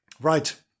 Right